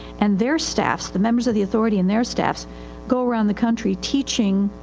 and their staffs, the members of the authority and their staffs go around the country teaching,